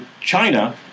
China